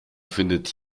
findet